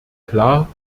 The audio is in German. klar